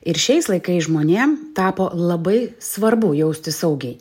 ir šiais laikais žmonėm tapo labai svarbu jaustis saugiai